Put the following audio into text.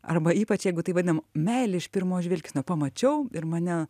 arba ypač jeigu tai vadinam meilė iš pirmo žvilgsnio pamačiau ir mane